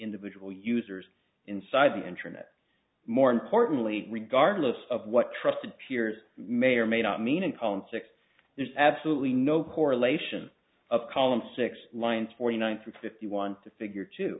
individual users inside the internet more importantly regardless of what trusted peers may or may not mean in politics there's absolutely no correlation of column six lines forty nine through fifty one to figure t